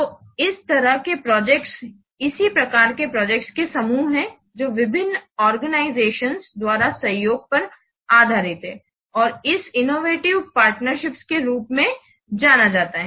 तो इस तरह का प्रोजेक्ट्स इसी प्रकार के प्रोजेक्ट्स के समूह हैं जो विभिन्न ऑर्गनिज़तिओन्स द्वारा सहयोग पर आधारित हैं और यह इनोवेटिव पार्टनरशिप्स के रूप में जानी जाती है